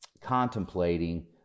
contemplating